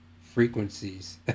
frequencies